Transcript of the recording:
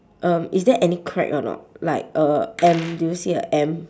um is there any crack or not like a M do you see a M